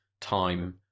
time